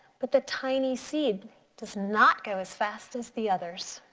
but the tiny seed does not go as fast as the others.